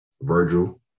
Virgil